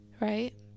Right